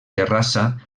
terrassa